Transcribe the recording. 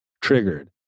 triggered